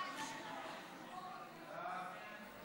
חוק הדיור המוגן (תיקון),